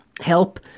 help